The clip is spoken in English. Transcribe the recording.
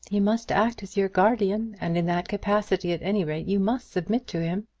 he must act as your guardian, and in that capacity, at any rate, you must submit to him.